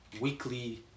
weekly